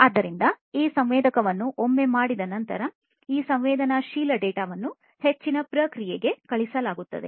ಆದ್ದರಿಂದ ಈ ಸಂವೇದನೆಯನ್ನು ಒಮ್ಮೆ ಮಾಡಿದ ನಂತರ ಈ ಸಂವೇದನಾಶೀಲ ಡೇಟಾವನ್ನು ಹೆಚ್ಚಿನ ಪ್ರಕ್ರಿಯೆಗೆ ಕಳುಹಿಸಲಾಗುತ್ತದೆ